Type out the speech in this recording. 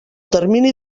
termini